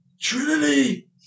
Trinity